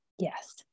Yes